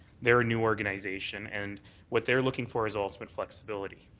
they're a new organization, and what they're looking for is ultimate flexibility.